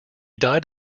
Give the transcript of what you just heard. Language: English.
died